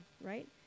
right